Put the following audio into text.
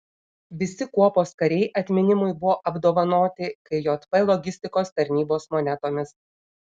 visi kuopos kariai atminimui buvo apdovanoti kjp logistikos tarnybos monetomis